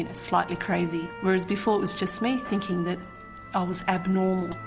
and slightly crazy. whereas before it was just me thinking that i was abnormal. i